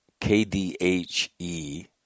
KDHE